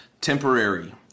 temporary